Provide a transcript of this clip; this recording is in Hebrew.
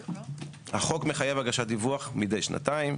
החוק מחייב הגשת דיווח מדי שנתיים,